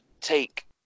take